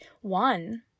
one